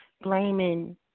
blaming